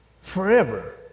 Forever